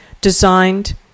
designed